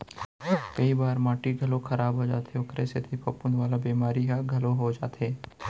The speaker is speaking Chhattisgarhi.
कई बार माटी घलौ खराब हो जाथे ओकरे सेती फफूंद वाला बेमारी ह घलौ हो जाथे